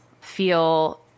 feel